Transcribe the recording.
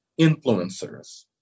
influencers